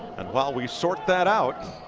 and while we sort that out,